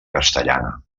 castellana